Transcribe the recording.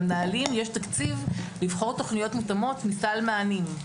למנהלים יש תקציב לבחור תוכניות מותאמות בהתאם למענים.